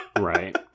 Right